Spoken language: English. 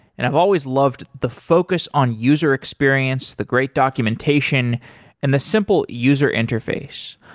and i've always loved the focus on user experience, the great documentation and the simple user interface.